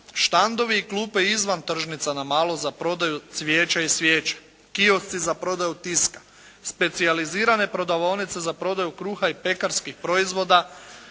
štandovi i klupe izvan tržnica na malo za prodaju cvijeća i svijeća, kiosci za prodaju tiska, specijalizirane prodavaonice za prodaju kruha i pekarskih proizvoda,